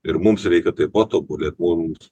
ir mums reikia taip pat tobulėt mums